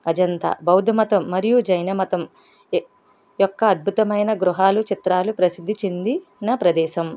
అజంతా బౌద్ధమతం మరియు జైనమతం యొక్క అద్భుతమైన గృహాలు చిత్రాలు ప్రసిద్ధి చెందిన ప్రదేశం